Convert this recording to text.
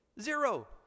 zero